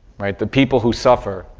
right? that people who suffer,